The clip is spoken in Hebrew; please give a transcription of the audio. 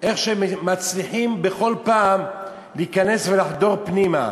איך הם מצליחים בכל פעם להיכנס ולחדור פנימה.